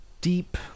deep